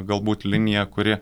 galbūt liniją kuri